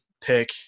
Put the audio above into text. pick